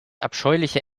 abscheuliche